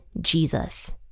Jesus